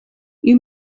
you